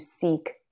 seek